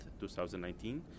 2019